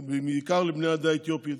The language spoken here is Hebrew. ובעיקר לבני העדה האתיופית,